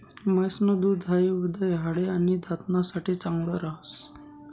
म्हैस न दूध हाई हृदय, हाडे, आणि दात ना साठे चांगल राहस